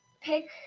pick